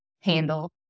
handle